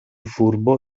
furbo